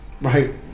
Right